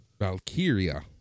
Valkyria